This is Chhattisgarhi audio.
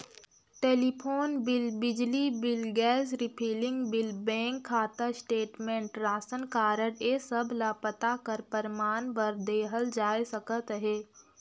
टेलीफोन बिल, बिजली bill, gas refilling bill, bank खाता स्टेटमेंट, रासन कारड ए सब ल पता कर परमान बर देहल जाए सकत अहे